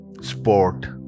sport